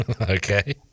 Okay